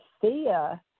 Thea